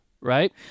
right